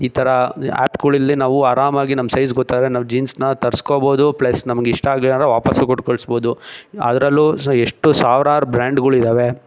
ಈ ಥರ ಆ್ಯಪ್ಗಳಲ್ಲಿ ನಾವು ಆರಾಮಾಗಿ ನಮ್ಮ ಸೈಜ್ ಗೊತ್ತಾದರೆ ನಾವು ಜೀನ್ಸ್ನ ತರಿಸ್ಕೋಬೋದು ಪ್ಲಸ್ ನಮ್ಗೆ ಇಷ್ಟ ಆಗಲಿಲ್ಲಾಂದ್ರೆ ವಾಪಸ್ ಕೊಟ್ಟು ಕಳಿಸ್ಬೋದು ಅದರಲ್ಲೂ ಎಷ್ಟು ಸಾವಿರಾರು ಬ್ರ್ಯಾಂಡ್ಗಳ್ ಇದ್ದಾವೆ